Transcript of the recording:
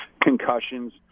concussions